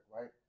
right